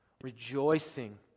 Rejoicing